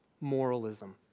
moralism